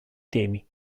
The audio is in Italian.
temi